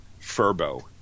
Furbo